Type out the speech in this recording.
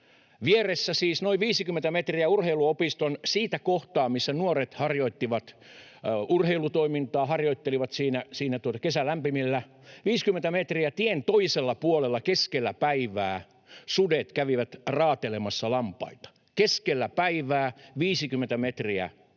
vieressä, siis noin 50 metriä urheiluopiston siitä kohtaa, missä nuoret harjoittivat urheilutoimintaa, harjoittelivat siinä kesälämpimillä, tien toisella puolella keskellä päivää sudet kävivät raatelemassa lampaita — keskellä päivää 50 metriä